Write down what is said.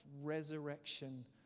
resurrection